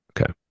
Okay